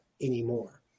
anymore